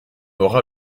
aura